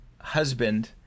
husband